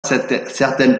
certaines